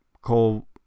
Cole